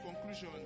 conclusion